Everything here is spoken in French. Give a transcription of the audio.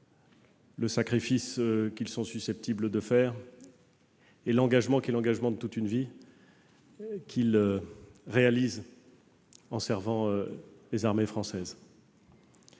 le sacrifice que nos soldats sont susceptibles de faire, et l'engagement- l'engagement de toute une vie -qu'ils prennent en servant les armées françaises.